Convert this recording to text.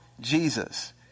Jesus